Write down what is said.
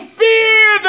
fear